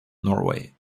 norway